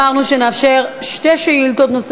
אמרנו שנאפשר שתי שאילתות,